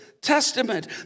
Testament